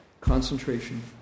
concentration